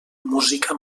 música